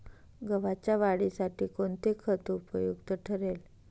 गव्हाच्या वाढीसाठी कोणते खत उपयुक्त ठरेल?